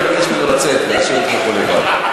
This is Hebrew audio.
אני אבקש ממנו לצאת ולהשאיר אתכם פה לבד.